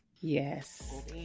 Yes